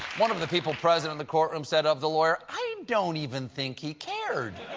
one of the people present in the courtroom said of the lawyer, i don't even think he cared.